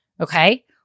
Okay